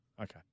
Okay